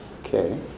okay